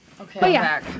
okay